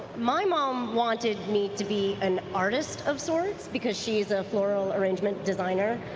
my mom wanted me to be an artist of sorts because she is a floral arrangement designer.